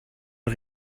ein